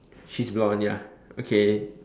she's blonde ya okay